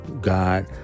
God